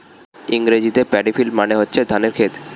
ইংরেজিতে paddy field মানে হচ্ছে ধানের ক্ষেত